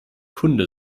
kunde